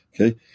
Okay